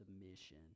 submission